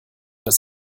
das